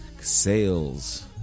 sales